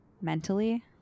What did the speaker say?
mentally